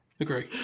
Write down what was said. Agree